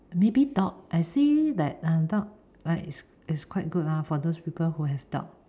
maybe dog I see that uh dog like is is quite good lah for those people who have dog